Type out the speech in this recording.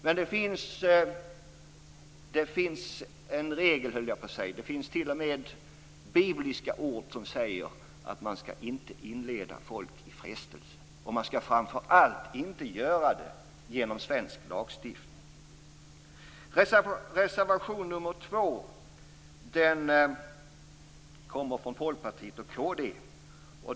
Men det finns t.o.m. bibliska ord som säger att man inte skall inleda människor i frestelse, och man skall framför allt inte göra det genom svensk lagstiftning. Kristdemokraterna.